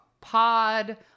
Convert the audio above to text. pod